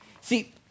See